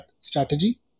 strategy